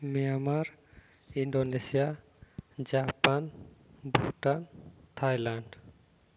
Myanmar Indonesia Japan Bhutan Thailand